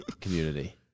community